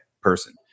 Person